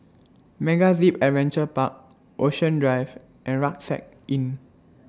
MegaZip Adventure Park Ocean Drive and Rucksack Inn